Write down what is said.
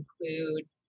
include